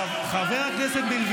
חברי הכנסת.